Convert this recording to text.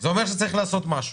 זה אומר שצריך לעשות משהו.